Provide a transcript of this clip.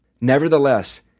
Nevertheless